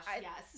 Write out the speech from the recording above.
Yes